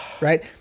right